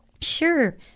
Sure